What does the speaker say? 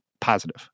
positive